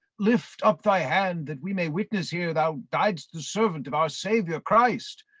lift up thy hand, that we may witness here thou died'st the servant of our savior christ.